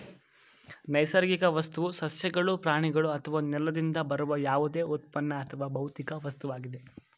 ನೈಸರ್ಗಿಕ ವಸ್ತುವು ಸಸ್ಯಗಳು ಪ್ರಾಣಿಗಳು ಅಥವಾ ನೆಲದಿಂದ ಬರುವ ಯಾವುದೇ ಉತ್ಪನ್ನ ಅಥವಾ ಭೌತಿಕ ವಸ್ತುವಾಗಿದೆ